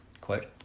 Quote